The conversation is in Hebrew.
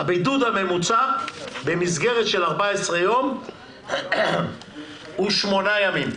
הבידוד הממוצע במסגרת של 14 יום הוא שמונה ימים.